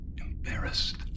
embarrassed